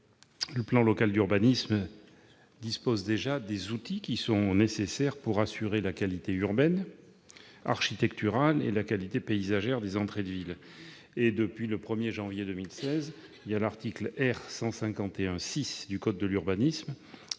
le plan local d'urbanisme dispose déjà des outils nécessaires pour assurer la qualité urbaine, architecturale et paysagère des entrées de ville. En outre, depuis le 1 janvier 2016, l'article R. 151-6 du code de l'urbanisme